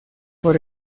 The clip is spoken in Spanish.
por